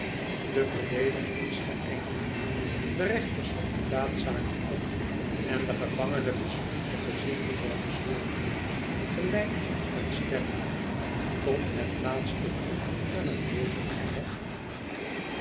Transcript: de verdediging is geeindigd de reenter somt de daadzaken op en de gevangene bespiedt de gezichten der gezworenen gelijk een stervende tot het laatste toe aan het leven gehecht